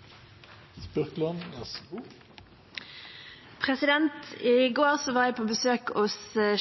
I går var jeg på besøk hos